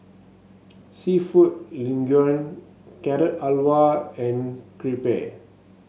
seafood Linguine Carrot Halwa and Crepe